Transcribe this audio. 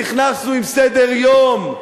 נכנסנו עם סדר-יום.